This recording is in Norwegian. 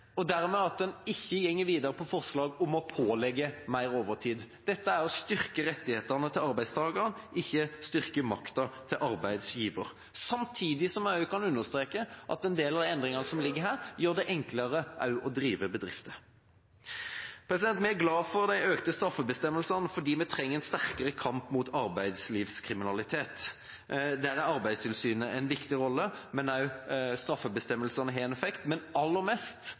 en dermed ikke går videre på forslag om å pålegge mer overtid. Dette er å styrke rettighetene til arbeidstaker, ikke å styrke makta til arbeidsgiver. Samtidig kan jeg også understreke at en del av de endringene som ligger her, også gjør det enklere å drive bedrifter. Vi er glad for de økte straffebestemmelsene fordi vi trenger en sterkere kamp mot arbeidslivskriminalitet. Der har Arbeidstilsynet en viktig rolle. Også straffebestemmelsene har en effekt, men aller mest